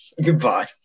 Goodbye